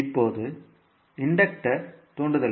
இப்போது இன்டக்டர் தூண்டலுக்கு